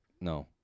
No